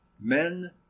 men